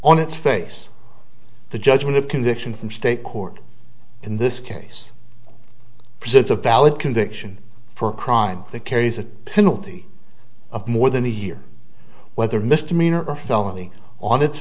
on its face the judgment of conviction from state court in this case presents a valid conviction for a crime that carries a penalty of more than a year whether mr minor a felony on